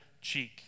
cheek